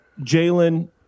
Jalen